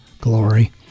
glory